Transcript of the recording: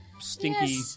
Stinky